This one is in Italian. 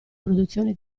produzione